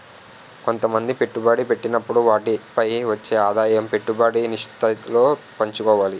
కొంతమంది పెట్టుబడి పెట్టినప్పుడు వాటిపై వచ్చే ఆదాయం పెట్టుబడి నిష్పత్తిలో పంచుకోవాలి